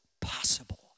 possible